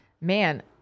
man